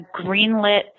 greenlit